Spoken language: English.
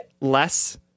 less